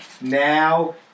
now